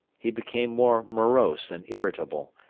he became more morose and irritable,